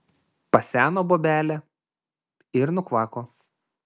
paseno bobelė ir nukvako